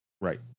Right